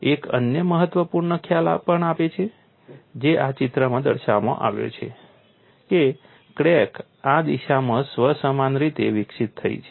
એક અન્ય મહત્વપૂર્ણ ખ્યાલ પણ છે જે આ ચિત્રમાં દર્શાવવામાં આવ્યો છે કે ક્રેક આ દિશામાં સ્વ સમાન રીતે વિકસિત થઈ છે